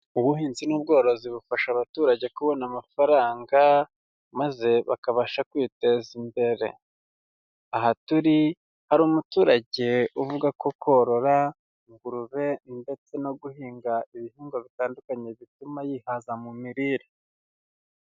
Ubuhinzi n'ubworozi bufasha abaturage kubona amafaranga maze bakabasha kwiteza imbere, aha turi hari umuturage uvuga ko korora ingurube ndetse no guhinga ibihingwa bitandukanye bituma yihaza mu mirire.